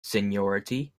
seniority